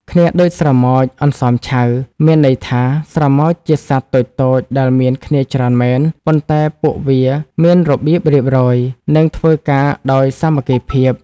«គ្នាដូចស្រមោចអន្សមឆៅ» មានន័យថា ស្រមោចជាសត្វតូចៗដែលមានគ្នាច្រើនមែន ប៉ុន្តែពួកវាមានរបៀបរៀបរយ និងធ្វើការដោយសាមគ្គីភាព។